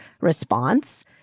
response